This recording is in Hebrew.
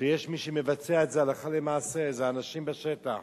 שיש מי שמבצע את זה הלכה למעשה, זהו האנשים בשטח.